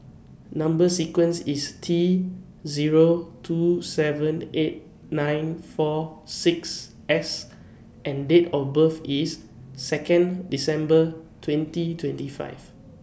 Number sequence IS T Zero two seven eight nine four six S and Date of birth IS Second December twenty twenty five